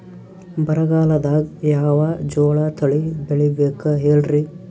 ಬರಗಾಲದಾಗ್ ಯಾವ ಜೋಳ ತಳಿ ಬೆಳಿಬೇಕ ಹೇಳ್ರಿ?